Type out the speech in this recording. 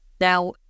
Now